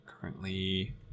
currently